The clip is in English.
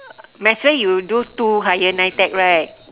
might as well you do two higher NITEC right